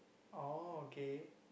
oh okay